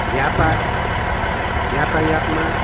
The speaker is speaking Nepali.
व्यापार यातायातमा